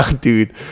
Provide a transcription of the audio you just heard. Dude